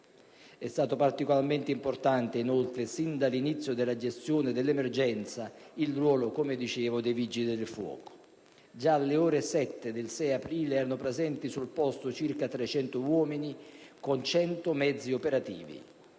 è stato particolarmente importante inoltre, sin dall'inizio della gestione dell'emergenza, il ruolo dei Vigili del fuoco. Alle ore 7 del 6 aprile erano già presenti sul posto circa 300 uomini, con circa 100 mezzi operativi.